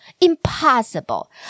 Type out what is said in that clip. impossible